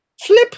flip